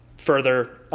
further,